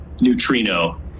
Neutrino